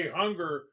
hunger